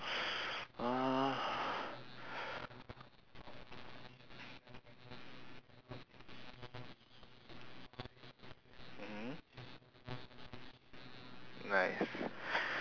uh mmhmm nice